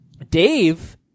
Dave